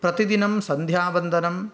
प्रतिदिनं सन्ध्यावन्दनं